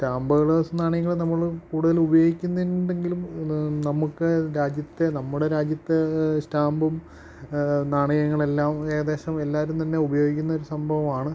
സ്റ്റാമ്പുകള് നാണയങ്ങള് നമ്മള് കൂടുതലുപയോഗിക്കുന്നുണ്ടെങ്കിലും ഇതു നമുക്കു രാജ്യത്തെ നമ്മുടെ രാജ്യത്തെ സ്റ്റാമ്പും നാണയങ്ങളെല്ലാം ഏകദേശം എല്ലാവരും തന്നെ ഉപയോഗിക്കുന്നൊരു സംഭവമാണ്